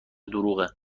دروغه